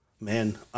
Man